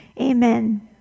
amen